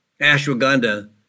ashwagandha